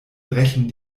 brechen